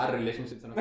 relationships